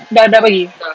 dah dah dah dah bagi